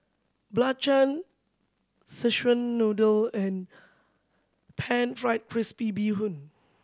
belacan Szechuan Noodle and pan fry crispy bee hoon